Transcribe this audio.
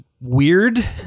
weird